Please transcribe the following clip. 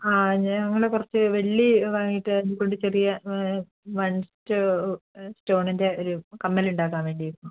ആ ഞങ്ങൾ കുറച്ച് വെള്ളി വാങ്ങിയിട്ട് അതുക്കൊണ്ട് ചെറിയ വൺ സ്റ്റോണിൻ്റെ ഒരു കമ്മലുണ്ടാക്കാൻ വേണ്ടിയിട്ടായിരുന്നു